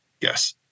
Yes